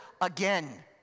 again